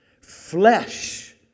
flesh